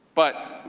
but